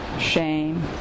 shame